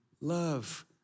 love